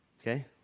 okay